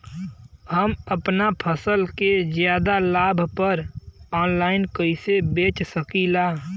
हम अपना फसल के ज्यादा लाभ पर ऑनलाइन कइसे बेच सकीला?